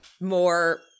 more